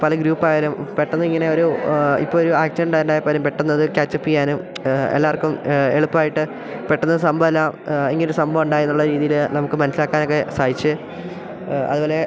പല ഗ്രൂപ്പായാലും പെട്ടെന്നിങ്ങനെ ഒരു ഇപ്പോൾ ഒരു ആക്സിഡൻറ്റാൻറ്റായാൽ പോലും പെട്ടന്നത് കാച്ച് അപ്പ് എല്ലാവർക്കും എളുപ്പമായിട്ട് പെട്ടെന്ന് സംഭവമെല്ലാം ഇങ്ങനെ ഒരു സംഭവം ഉണ്ടായി എന്നുള്ള രീതിയിൽ നമുക്ക് മനസ്സിലാക്കാനൊക്കെ സഹായിച്ച് അതുപോലെ